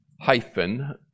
Hyphen